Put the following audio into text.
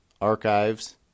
archives